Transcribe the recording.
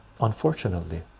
unfortunately